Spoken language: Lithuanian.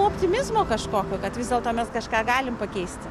optimizmo kažkokio kad vis dėlto mes kažką galim pakeist